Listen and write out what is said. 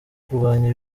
kurwanya